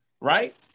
Right